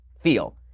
feel